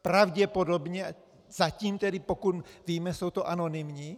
Pravděpodobně, zatím tedy, pokud víme, jsou to anonymní.